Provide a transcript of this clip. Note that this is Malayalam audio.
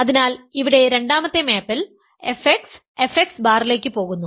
അതിനാൽ ഇവിടെ രണ്ടാമത്തെ മാപ്പിൽ fx fx ബാറിലേക്ക് പോകുന്നു